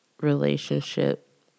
relationship